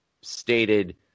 stated